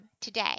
today